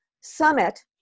summit